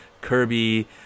Kirby